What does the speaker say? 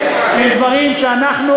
שאר,